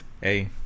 Hey